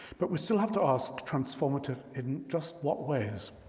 but we still have to ask, transformative in just what ways?